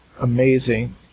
amazing